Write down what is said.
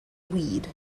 weed